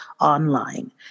online